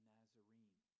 Nazarene